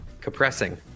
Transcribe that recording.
Compressing